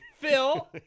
Phil